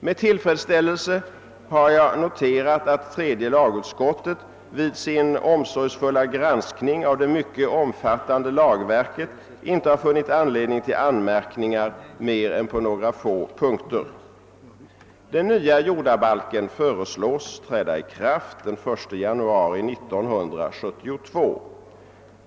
Med tillfredsställelse har jag noterat att tredje lagutskottet vid sin omsorgsfulla granskning av det mycket omfattande lagverket inte har funnit anledning till anmärkningar mer än på några få punkter. Den nya jordabalken föreslås träda i kraft den 1 januari 1972.